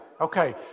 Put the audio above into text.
Okay